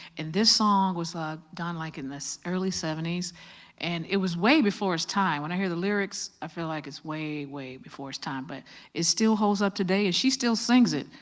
and this song was ah done like in the early seventy s and it was way before its time. when i hear the lyrics, i feel like it's way, way before it's time. but it still holds up today and she still sings it,